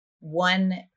one